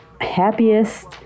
happiest